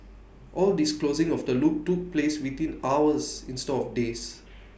all this closing of the loop took place within hours instead of days